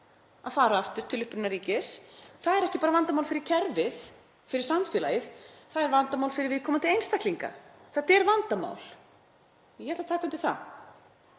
að fara aftur til upprunaríkis er ekki bara vandamál fyrir kerfið, fyrir samfélagið, það er vandamál fyrir viðkomandi einstaklinga. Þetta er vandamál, ég ætla að taka undir það.